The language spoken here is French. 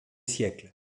siècles